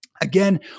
Again